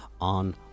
on